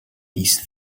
these